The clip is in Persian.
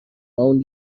اون